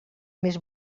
més